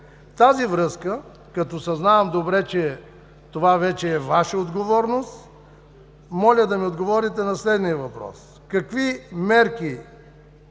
тази връзка, като съзнавам добре, че това вече е Ваша отговорност, моля да ми отговорите на следния въпрос: Какви мерки